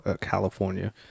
California